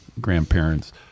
grandparents